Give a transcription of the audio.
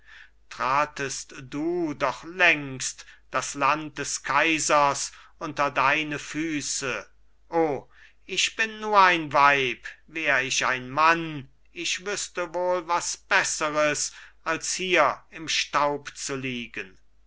tratest du doch längst das land des kaisers unter deine füße o ich bin nur ein weib wär ich ein mann ich wüsste wohl was besseres als hier im staub zu liegen